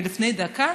לפני דקה,